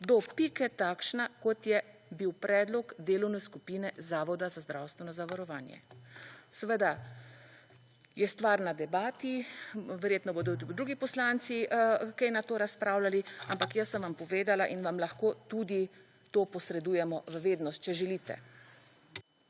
do pike takšna, kot je bil predlog delovne skupine Zavoda za zdravstveno zavarovanje. Seveda, je stvar na debati, verjetno bodo tudi drugi poslanci kaj na to razpravljali, ampak jaz sem vam povedala in vam lahko tudi to posredujemo v vednost, če želite.